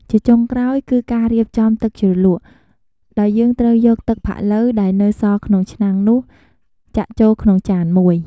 ជាចុងក្រោយ គឺការរៀបចំទឹកជ្រលក់ ដោយយើងត្រូវយកទឹកផាក់ឡូវ ដែលនៅសល់ក្នុងឆ្នាំងនោះ ចាក់ចូលក្នុងចានមួយ។